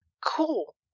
Cool